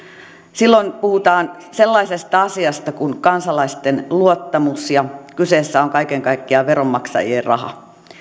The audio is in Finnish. silloin puhutaan sellaisesta asiasta kuin kansalaisten luottamus ja kyseessä on kaiken kaikkiaan veronmaksajien raha